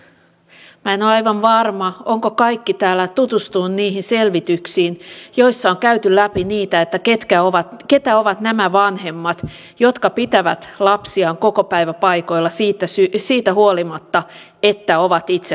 en ole aivan varma ovatko kaikki täällä tutustuneet niihin selvityksiin joissa on käyty läpi keitä ovat nämä vanhemmat jotka pitävät lapsiaan kokopäiväpaikoilla siitä huolimatta että ovat itse kotosalla